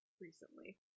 recently